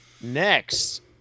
Next